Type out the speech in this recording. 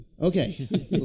Okay